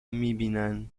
میبینن